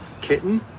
kitten